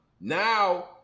now